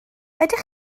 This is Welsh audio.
ydych